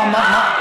מה,